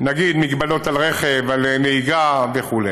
נגיד הגבלות על רכב, על נהיגה וכו'.